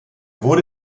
wurde